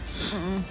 a'ah